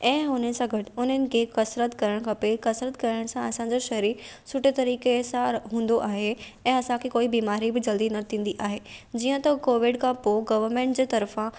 ऐं हुन सां गॾु हुननि खे क़सरत करणु खपे क़सरत करण सां असांजो शरीरु सुठे तरीक़े सां हूंदो आहे ऐं असांखे कोई बीमारी बि जल्दी न थींदी आहे जीअं त कोविड खां पोइ गोर्वमेंट जे तर्फ़ा